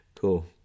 Cool